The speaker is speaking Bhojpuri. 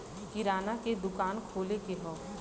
किराना के दुकान खोले के हौ